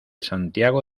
santiago